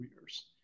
years